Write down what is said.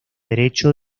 derecho